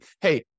hey